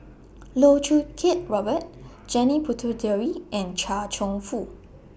Loh Choo Kiat Robert Janil Puthucheary and Chia Cheong Fook